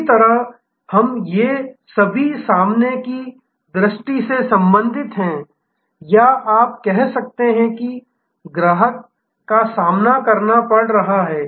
उसी तरह हम ये सभी सामने की दृष्टि से संबंधित हैं या आप कह सकते हैं कि ग्राहक का सामना करना पड़ रहा है